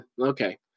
okay